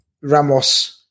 Ramos